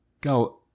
go